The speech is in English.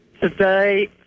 today